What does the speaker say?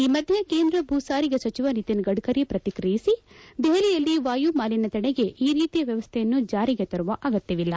ಈ ಮಧ್ಯೆ ಕೇಂದ್ರ ಭೂಸಾರಿಗೆ ಸಚಿವ ನಿತಿನ್ ಗಡ್ಕರಿ ಪ್ರತಿಕ್ರಿಯಿಸಿ ದೆಹಲಿಯಲ್ಲಿ ವಾಯುಮಾಲೀನ್ಯ ತಡೆಗೆ ಈ ರೀತಿಯ ವ್ಯವಸ್ಥೆಯನ್ನು ಜಾರಿಗೆ ತರುವ ಅಗತ್ಯವಿಲ್ಲ